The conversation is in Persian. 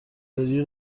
بری